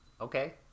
okay